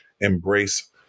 embrace